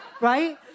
right